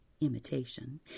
imitation